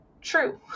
true